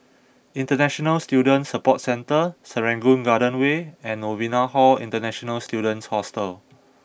international Student Support Centre Serangoon Garden Way and Novena Hall International Students Hostel